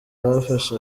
bafashe